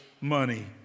money